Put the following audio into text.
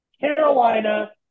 Carolina